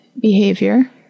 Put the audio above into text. behavior